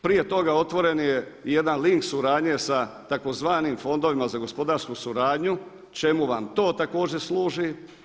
Prije toga otvoren je jedan link suradnje sa tzv. fondovima za gospodarsku suradnju, čemu vam to također služi?